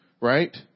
right